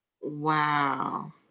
wow